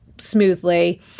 smoothly